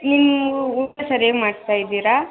ನೀವು ಊಟ ಸರಿಯಾಗಿ ಮಾಡ್ತಾ ಇದ್ದೀರಾ